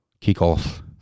Kick-off